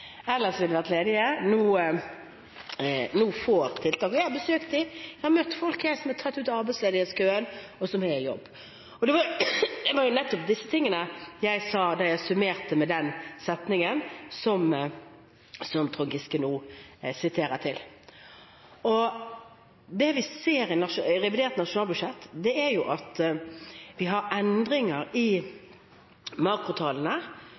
nå får tiltak. Jeg har besøkt dem, jeg har møtt folk som er tatt ut av arbeidsledighetskøen og er i jobb. Det var jo nettopp disse tingene jeg sa da jeg summerte med den setningen som Trond Giske nå viser til. Det vi ser i revidert nasjonalbudsjett, er at vi har endringer i makrotallene